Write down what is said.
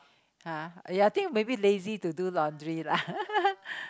!huh! ya think maybe lazy to do laundry lah